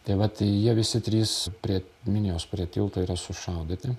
tai vat jie visi trys prie minijos prie tilto yra sušaudyti